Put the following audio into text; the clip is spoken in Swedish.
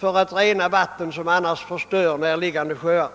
för att rena vatten som annars förstör näraliggande sjöar.